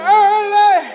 early